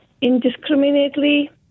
indiscriminately